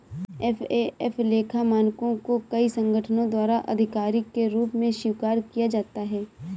FAF लेखा मानकों को कई संगठनों द्वारा आधिकारिक के रूप में स्वीकार किया जाता है